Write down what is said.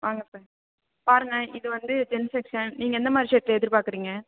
வாங்க சார் பாருங்கள் இது வந்து ஜென் செக்ஷன் நீங்கள் எந்த மாதிரி ஷர்ட் எதிர் பார்க்குறிங்க